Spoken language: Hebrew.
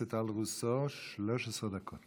חבר הכנסת טל רוסו, 13 דקות.